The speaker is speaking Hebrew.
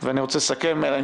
ראשית,